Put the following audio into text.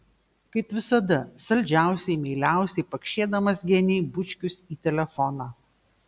kaip visada saldžiausiai meiliausiai pakšėdamas genei bučkius į telefoną